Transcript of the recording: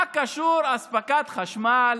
מה קשורה אספקת חשמל